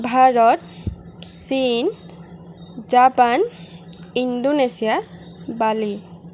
ভাৰত চীন Japan Indonesia বালি